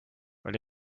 what